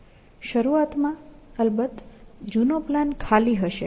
શરૂઆતમાં અલબત્ત જૂનો પ્લાન ખાલી હશે